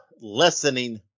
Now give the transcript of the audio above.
lessening